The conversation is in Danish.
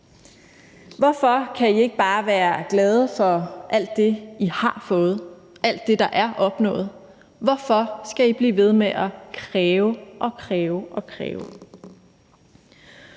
hvorfor I ikke bare kan være glade for alt det, I har fået, alt det, der er opnået, hvorfor I skal blive ved med at kræve og kræve og kræve.